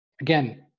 Again